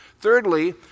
Thirdly